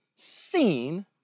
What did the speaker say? seen